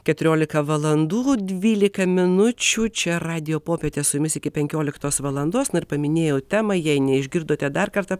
keturiolika valandų dvylika minučių čia radijo popietė su jumis iki penkioliktos valandos na ir paminėjau temą jei neišgirdote dar kartą